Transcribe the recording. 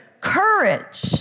courage